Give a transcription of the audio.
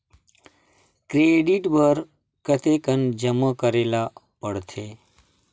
Credit बर कतेकन जमा करे ल पड़थे?